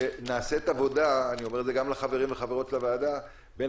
ונעשית עבודה אני אומר זאת גם לחברות וחברי הוועדה בין